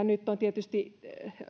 nyt tietysti